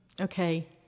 Okay